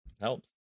helps